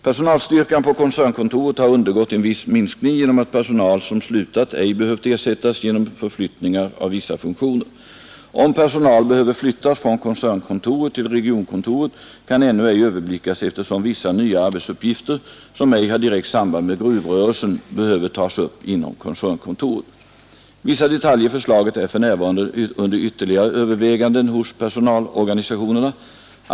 Personalstyrkan på koncernkontoret har undergått en viss minskning därför att personal som slutat ej behövt ersättas genom förflyttningen av vissa funktioner. Om personal behöver flyttas från koncernkontoret till regionkontoret kan ännu ej överblickas, eftersom vissa nya arbetsuppgifter, som ej har direkt samband med gruvrörelsen, behöver tas upp inom koncernkontoret. Vissa detaljer i förslaget är för närvarande under ytterligare överväganden hos personalorganisationerna.